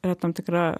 yra tam tikra